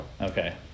Okay